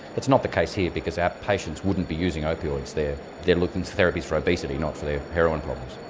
it's not the case here because our patients wouldn't be using opioids, they're they're looking for therapies for obesity not for their heroin.